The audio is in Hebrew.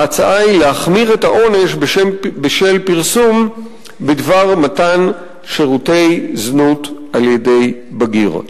ההצעה היא להחמיר את העונש בשל פרסום בדבר מתן שירותי זנות על-ידי בגיר.